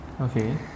Okay